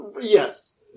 Yes